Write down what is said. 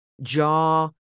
jaw